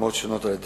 רצוני